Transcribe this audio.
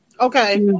Okay